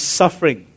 suffering